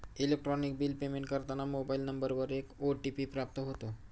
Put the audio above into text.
electronic bill payment करताना mobile नंबरवर एक ओ.टी.पी प्राप्त होतो